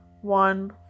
one